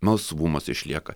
melsvumas išlieka